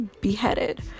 beheaded